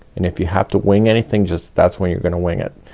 and if you have to wing anything just that's when you're gonna wing it.